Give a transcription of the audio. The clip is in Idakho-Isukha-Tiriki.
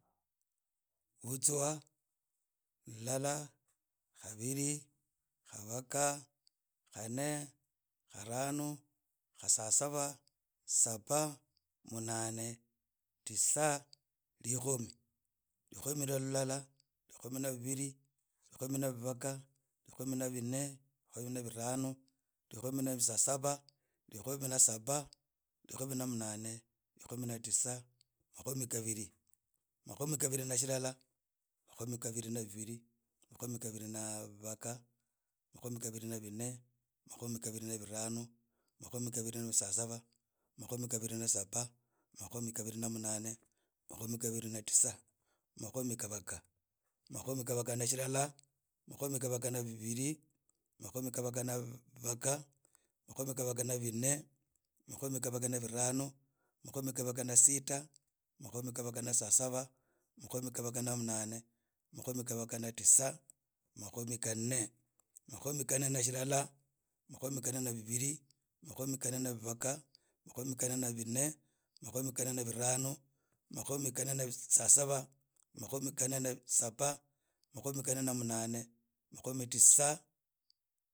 Butswa, khabiri khabakha khane kharhano khasasaba khasaba munane tisa rikhomi. Rikhomi na lilala, rikhomi na bibiri rikhomi na bibakharikhomi na bine rikhomi na bisasaba rikhomi na saba rikhomi na munane rikhomi na tisa makhomi khabiri. Makhomi khabiri na silala makhomi khabiri na bibili mamkhomi khabiri na bibakha makhomi khabiri na bine kamhomi khabiri na birhano mamkhomi khabiri na bisasaba mamkhomi khabiri na bisaba makhomi khbairi na munane makhomi khabiri na titsa makhomi khabaga. Makhomi khabaga nabillala makhomi khabaga ana bibili makhomi khabaga na bibaga makhomi khabaga na bine makhomi khbaga na bitano makhomi gabakha ba sita makhomi khababga na sasaba makhomi kahabaga na munane makhomi kbabaga na tissa makhomi khanne. Mkhomi khane na billala makhomi knane na bine makhomi khane na bibili makhomi khane ana bibaga makhomi khane na bine makhomi khane na birhano makhomi khane na bi bisasaba makhomi khane na saba mamkomi khane na munane makhomi khane na tisa.